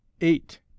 eight